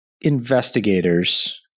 investigators